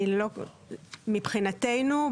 מבחינתנו,